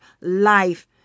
life